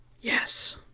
Yes